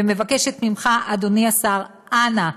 ומבקשת ממך, אדוני השר, אנא,